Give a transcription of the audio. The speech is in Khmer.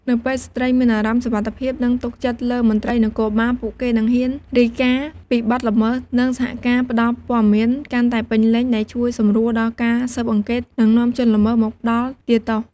នៅពេលស្ត្រីមានអារម្មណ៍សុវត្ថិភាព និងទុកចិត្តលើមន្ត្រីនគរបាល ពួកគេនឹងហ៊ានរាយការណ៍ពីបទល្មើស និងសហការផ្តល់ព័ត៌មានកាន់តែពេញលេញដែលជួយសម្រួលដល់ការស៊ើបអង្កេត និងនាំជនល្មើសមកផ្តន្ទាទោស។